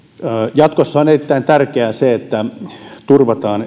jatkossa on erittäin tärkeää se että turvataan